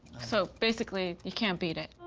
so basically you can't beat it.